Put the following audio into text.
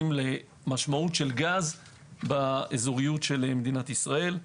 למשמעות של גז באזוריות של מדינת ישראל.